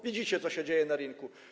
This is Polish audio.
Widzicie, co się dzieje na rynku.